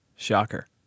Shocker